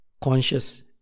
conscious